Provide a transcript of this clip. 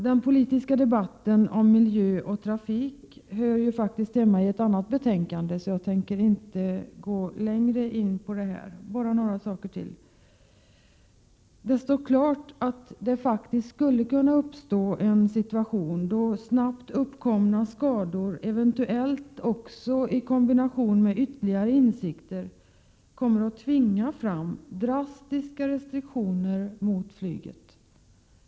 Den politiska debatten om miljö och trafik hör faktiskt hemma i ett annat betänkande, så jag tänker inte gå längre in på detta. Bara några saker till. Det står nu klart att det faktiskt skulle kunna uppstå en situation då snabbt uppkomna skador, eventuellt i kombination med ytterligare insikter, kommer att tvinga fram drastiska restriktioner mot flyget.